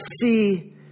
see